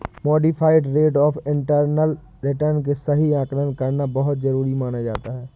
modified rate of internal return के सही आकलन करना बहुत जरुरी माना जाता है